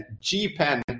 G-Pen